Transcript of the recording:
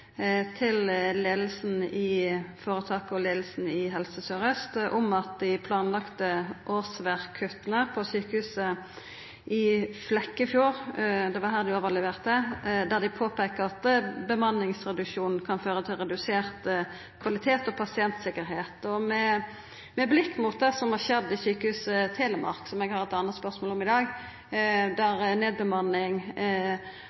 til leiinga i føretaket og leiinga i Helse Sør-Aust om at dei planlagde årsverkskutta på sjukehuset i Flekkefjord – det var her statsråden evaluerte – kan føra til redusert kvalitet og pasienttryggleik. Med blikk mot det som har skjedd på Sjukehuset Telemark, som eg har eit anna spørsmål om i dag,